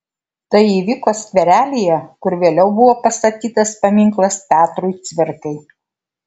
tai įvyko skverelyje kur vėliau buvo pastatytas paminklas petrui cvirkai